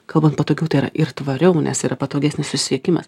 kalbant patogiau tai yra ir tvariau nes yra patogesnis susisiekimas